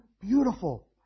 beautiful